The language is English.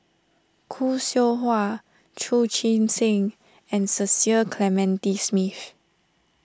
Khoo Seow Hwa Chu Chee Seng and Cecil Clementi Smith